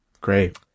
Great